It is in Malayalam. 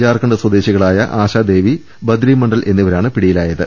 ജാർഖണ്ഡ് സ്വദേശികളായ ആശാദേവി ബദ്രി മണ്ഡൽ എന്നിവരാണ് പിടിയിലായത്